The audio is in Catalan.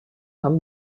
amb